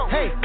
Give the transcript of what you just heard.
Hey